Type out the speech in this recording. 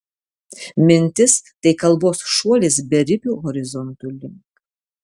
mintis tai kalbos šuolis beribių horizontų link